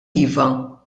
iva